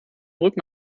rücken